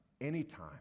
anytime